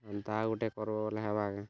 ଏନ୍ତା ଗୋଟେ କର୍ବୋ ବୋଲେ ହେବା କି